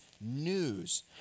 news